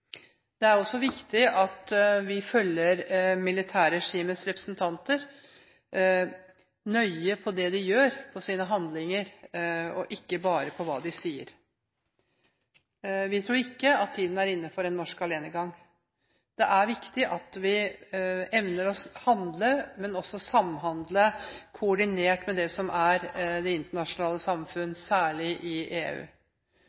Det er også viktig at vi følger med på hva militærregimets representanter gjør – følger nøye med på deres handlinger og ikke bare på hva de sier. Vi tror ikke at tiden er inne for en norsk alenegang. Det er viktig at vi evner å handle, men også samhandle koordinert med det som er det internasjonale